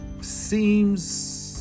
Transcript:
seems